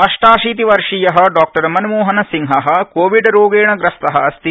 अष्टाशीति वर्षीय डॉ मनमोहनसिंह कोविड रोगेण ग्रस्त अस्ति